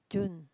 June